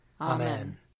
Amen